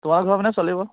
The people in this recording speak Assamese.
তোমাৰ ঘৰৰ পিনে চলিব